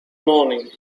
morning